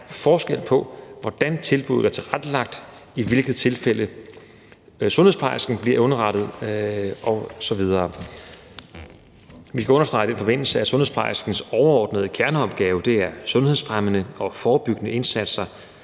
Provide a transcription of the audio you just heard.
forskel på, hvordan tilbuddet er tilrettelagt, i hvilke tilfælde sundhedsplejersken bliver underrettet osv. Vi skal i den forbindelse understrege, at sundhedsplejerskens overordnede kerneopgave er sundhedsfremmende og forebyggende indsatser.